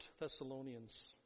Thessalonians